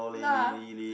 lah